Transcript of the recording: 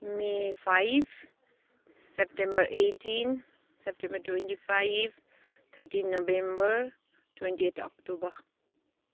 may five September eighteen September twenty five thirteen November twenty eight October